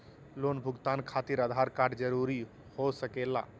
Loan भुगतान खातिर Aadhaar card जरूरी हो सके ला?